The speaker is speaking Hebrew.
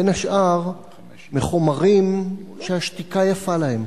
בין השאר מחומרים שהשתיקה יפה להם.